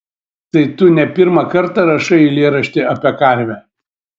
tai tu ne pirmą kartą rašai eilėraštį apie karvę